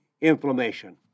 inflammation